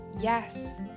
Yes